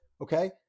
Okay